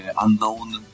unknown